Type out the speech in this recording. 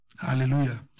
Hallelujah